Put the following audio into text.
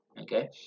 Okay